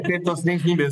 kaip tos linksmybės